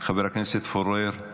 חבר הכנסת פורר,